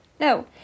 no